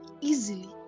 easily